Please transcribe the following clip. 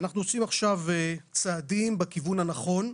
אנחנו עושים עכשיו צעדים בכיוון הנכון,